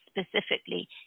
specifically